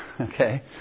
Okay